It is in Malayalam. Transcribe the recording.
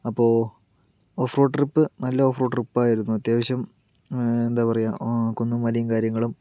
അപ്പൊൾ ഓഫ് റോഡ് ട്രിപ്പ് നല്ല ഓഫ് റോഡ് ട്രിപ്പായിരുന്നു അത്യാവശ്യം എന്താ പറയുക കുന്നും മലയും കാര്യങ്ങളും